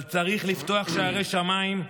אבל צריך לפתוח שערי שמיים,